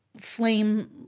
flame